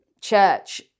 church